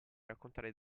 raccontare